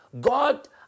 God